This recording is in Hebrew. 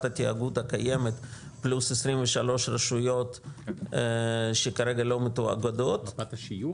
התיאגוד הקיימת פלוס 23 רשויות שכרגע לא מתואגדות.